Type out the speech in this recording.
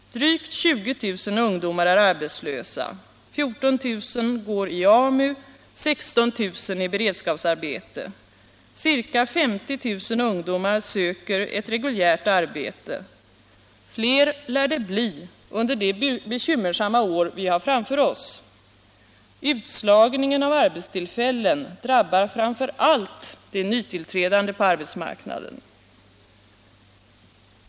Drygt 20 000 ungdomar är arbetslösa, 14 000 går i AMU och 16 000 i beredskapsarbete. Ca 50 000 ungdomar söker ett reguljärt arbete. Fler lär det bli under det bekymmersamma år vi har framför oss. Utslagningen av arbetstillfällen drabbar framför allt de nytillträdande på arbetsmarknaden.